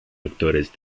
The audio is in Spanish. actores